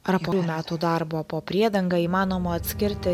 ar po dviejų metų darbo po priedanga įmanoma atskirti